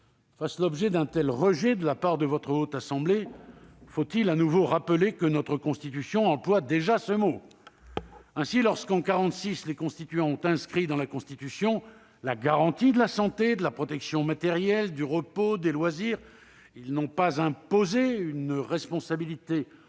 fasse l'objet d'un tel rejet de la part de votre Haute Assemblée : faut-il de nouveau rappeler que notre Constitution l'emploie déjà ? Ainsi, lorsque les constituants ont inscrit dans la Constitution, en 1946, la garantie de la santé et de la protection matérielle, du repos, des loisirs, ils n'ont pas imposé une responsabilité